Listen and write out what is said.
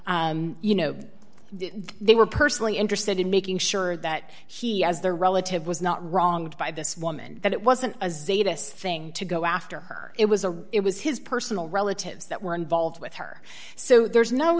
personal you know they were personally interested in making sure that he as their relative was not wronged by this woman that it wasn't a status thing to go after her it was a it was his personal relatives that were involved with her so there's no